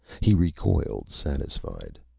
he recoiled, satisfied.